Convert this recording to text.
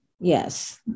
Yes